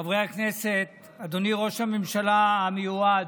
חברי הכנסת, אדוני ראש הממשלה המיועד,